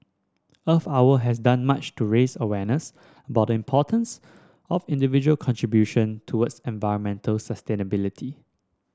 Earth Hour has done much to raise awareness about the importance of individual contribution towards environmental sustainability